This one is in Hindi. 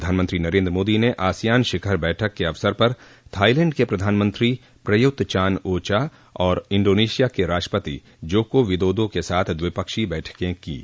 प्रधानमंत्री नरेन्द्र मोदी ने आसियान शिखर बैठक के अवसर पर थाईलैंड के प्रधानमंत्री प्रयुत चान ओ चा और इंडोनेशिया के राष्ट्रपति जोको विदोदा के साथ द्विपक्षीय बैठकें कीं